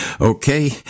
Okay